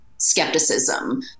skepticism